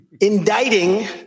indicting